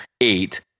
eight